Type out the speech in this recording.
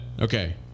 Okay